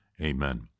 Amen